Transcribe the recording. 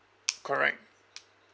correct